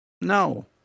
No